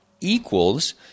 equals